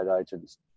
agents